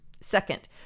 Second